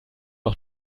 wir